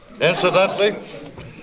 Incidentally